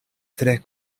tre